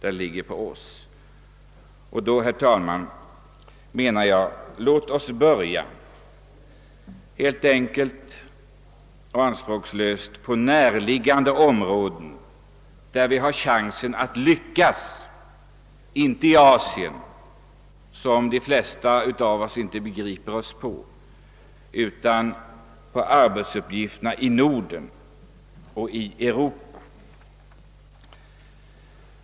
Mot bakgrunden, herr talman, av vad jag nu har sagt skulle jag vilja tillråda att vi enkelt och anspråkslöst börjar på mera närliggande områden där vi har chansen att lyckas, inte i Asien, som de flesta av oss inte begriper sig på, utan med arbetsuppgifterna i Norden och i Europa.